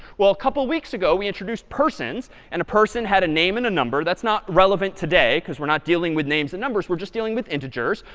well a couple of weeks ago, we introduced persons. and a person had a name and a number. that's not relevant today, because we're not dealing with names and numbers. we're just dealing with integers.